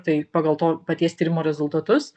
tai pagal to paties tyrimo rezultatus